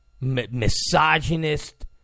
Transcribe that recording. misogynist